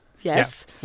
Yes